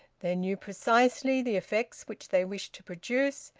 they knew precisely the effects which they wished to produce,